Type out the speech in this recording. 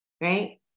right